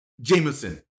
Jameson